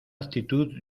actitud